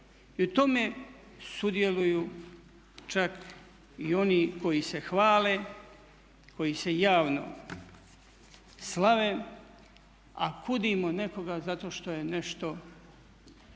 I u tome sudjeluju čak i oni koji se hvale, koji se javno slave a kudimo nekoga zato što je nešto